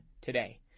today